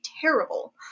terrible